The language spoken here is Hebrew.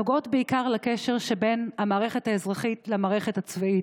נוגעות בעיקר לקשר שבין המערכת האזרחית למערכת הצבאית.